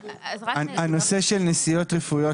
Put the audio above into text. הנושא של נסיעות רפואיות,